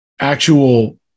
actual